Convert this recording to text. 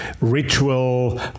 ritual